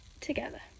together